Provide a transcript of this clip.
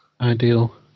ideal